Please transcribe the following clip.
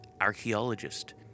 archaeologist